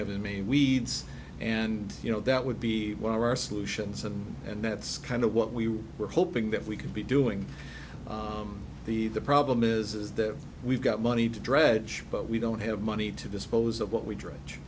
have to mean weeds and you know that would be one of our solutions and and that's kind of what we were hoping that we could be doing the the problem is that we've got money to dredge but we don't have money to dispose of what we dredge